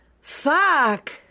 Fuck